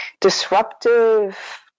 disruptive